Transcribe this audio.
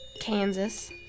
Kansas